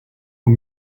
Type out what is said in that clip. aux